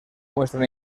muestran